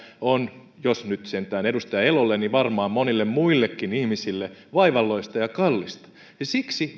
on jos nyt sentään edustaja elolle niin varmaan monille muillekin ihmisille vaivalloista ja kallista siksi